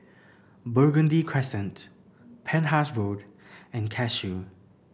Burgundy Crescent Penhas Road and Cashew